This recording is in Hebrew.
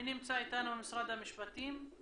מי נמצא איתנו ממשרד המשפטים?